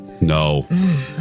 No